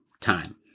time